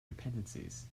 dependencies